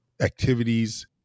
activities